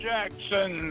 Jackson